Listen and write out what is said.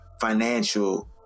financial